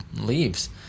leaves